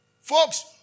Folks